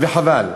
וחבל.